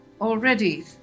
already